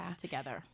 Together